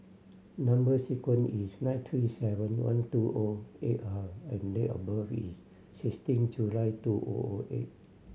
number sequence is nine two seven one two O eight R and date of birth is sixteen July two O O eight